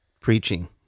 preaching